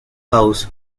house